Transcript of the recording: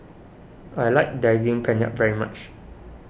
I like Daging Penyet very much